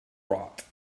rot